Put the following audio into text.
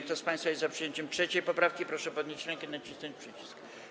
Kto z państwa jest za przyjęciem 3. poprawki, proszę podnieść rękę i nacisnąć przycisk.